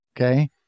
Okay